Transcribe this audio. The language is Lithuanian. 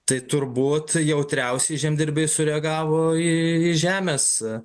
tai turbūt jautriausiai žemdirbiai sureagavo į žemės